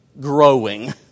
growing